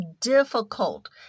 difficult